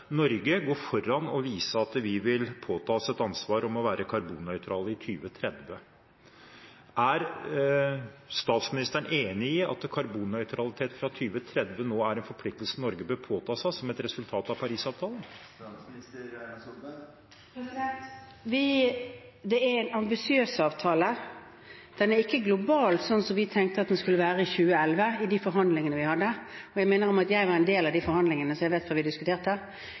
Norge gå foran og vise at vi vil påta oss et ansvar om å være karbonnøytrale i 2030. Er statsministeren enig i at karbonnøytralitet fra 2030 nå er en forpliktelse Norge bør påta seg som et resultat av Paris-avtalen? Det er en ambisiøs avtale. Den er ikke global, slik vi tenkte den skulle være i de forhandlingene vi hadde i 2011 – og jeg minner om at jeg var en del av de forhandlingene, så jeg vet hva vi diskuterte. Den er ikke global, for den er ikke et globalt rammeverk, det